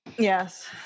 Yes